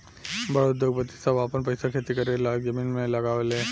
बड़ उद्योगपति सभ आपन पईसा खेती करे लायक जमीन मे लगावे ले